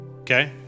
Okay